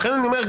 לכן אני אומר,